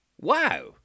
Wow